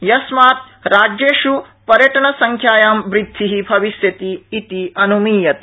यस्मात् राज्येष् पर्यटनसंख्याया वृद्धि भविष्यति इति अनुनियते